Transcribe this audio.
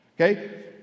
okay